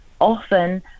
often